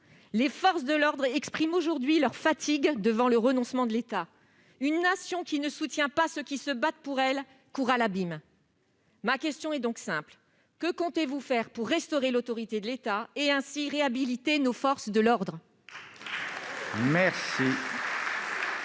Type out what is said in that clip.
Les forces de l'ordre expriment aujourd'hui leur fatigue devant le renoncement de l'État. Une Nation qui ne soutient pas ceux qui se battent pour elle court vers l'abîme. N'importe quoi ! Ma question est donc simple : que comptez-vous faire pour restaurer l'autorité de l'État et réhabiliter ainsi nos forces de l'ordre ?